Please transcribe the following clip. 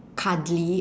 cuddly